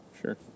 Sure